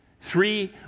Three